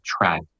track